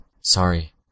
Sorry